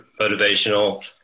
motivational